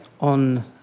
on